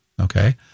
Okay